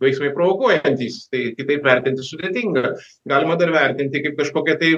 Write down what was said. veiksmai provokuojantys tai kitaip vertinti sudėtinga galima dar vertinti kaip kažkokią tai